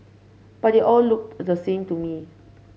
but they all looked the same to me